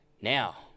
Now